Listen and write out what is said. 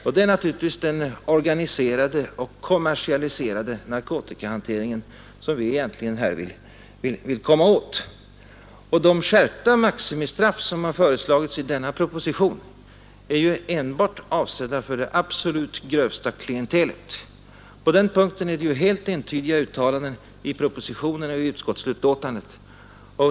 Det är härvid naturligtvis den organiserade och kommersialiserade narkotikahandeln som vi egentligen vill komma åt. De skärpta maximistraff som har föreslagits i denna proposition är ju enbart avsedda för det absolut grövsta klientelet. På denna punkt är det ju helt entydiga uttalanden i propositionen och i utskottsbetänkandet.